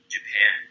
Japan